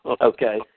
Okay